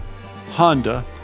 Honda